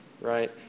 Right